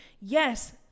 Yes